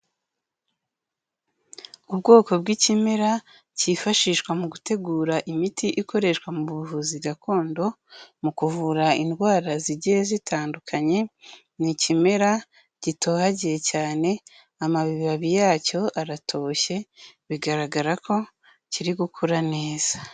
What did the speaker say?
Ubwoko bw'ikimera cyifashishwa mu gutegura imiti ikoreshwa mu buvuzi gakondo mu kuvura indwara zigiye zitandukanye, ni ikimera gitohagiye cyane, amababi yacyo aratoshye, bigaragara ko kiri gukura neza.